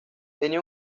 tenía